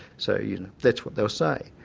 so you know that's what they'll say.